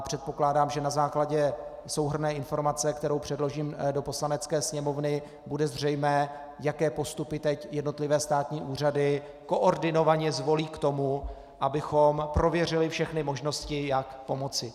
Předpokládám, že na základě souhrnné informace, kterou předložím do Poslanecké sněmovny, bude zřejmé, jaké postupy teď jednotlivé státní úřady koordinovaně zvolí k tomu, abychom prověřili všechny možnosti, jak pomoci.